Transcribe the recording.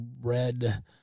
red